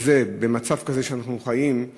במצב הזה שאנחנו חיים,